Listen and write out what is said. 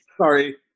sorry